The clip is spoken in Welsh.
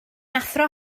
athro